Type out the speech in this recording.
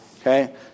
okay